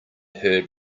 heard